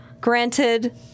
Granted